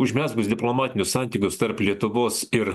užmezgus diplomatinius santykius tarp lietuvos ir